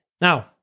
Now